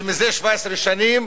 שמזה 17 שנים